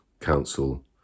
council